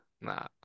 Nah